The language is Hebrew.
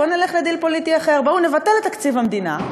בואו נלך לדיל פוליטי אחר: בואו נבטל את תקציב המדינה.